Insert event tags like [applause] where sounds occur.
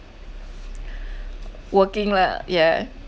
[breath] working lah yeah